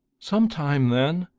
some time, then?